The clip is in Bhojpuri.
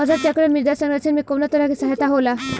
फसल चक्रण मृदा संरक्षण में कउना तरह से सहायक होला?